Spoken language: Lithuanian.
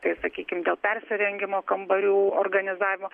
tai sakykim dėl persirengimo kambarių organizavimo